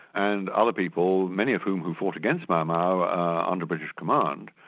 and other people, many of whom whom fought against mau mau under british command,